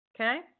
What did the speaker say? Okay